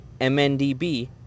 MNDB